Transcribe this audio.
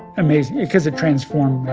amazing because it transformed